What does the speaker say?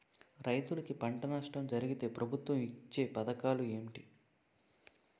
రైతులుకి పంట నష్టం జరిగితే ప్రభుత్వం ఇచ్చా పథకాలు ఏంటి?